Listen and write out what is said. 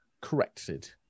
corrected